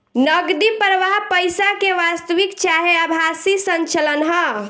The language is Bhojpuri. नगदी प्रवाह पईसा के वास्तविक चाहे आभासी संचलन ह